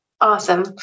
Awesome